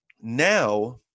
now